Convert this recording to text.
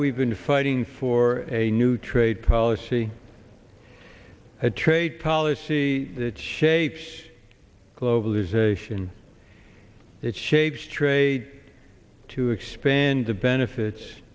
we've been fighting for a new trade policy a trade policy that shapes globalization it shapes trade to expand the benefits